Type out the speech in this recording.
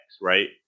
right